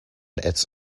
its